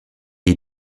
est